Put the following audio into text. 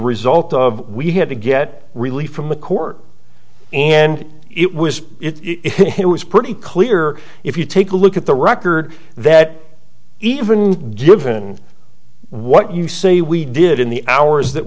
result of we had to get relief from the court and it was it was pretty clear if you take a look at the record that even given what you say we did in the hours that